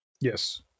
Yes